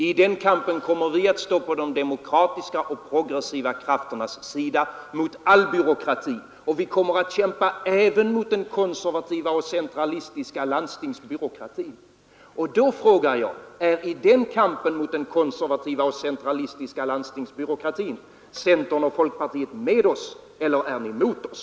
I den kampen kommer vi att stå på de demokratiska och progressiva krafternas sida mot all byråkrati, och vi kommer att kämpa även mot den konservativa och centralistiska landstingsbyråkratin. Då frågar jag: Är centern och folkpartiet med oss i den kampen mot den konservativa och centralistiska landstingsbyråkratin, eller är ni emot oss?